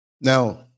Now